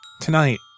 Tonight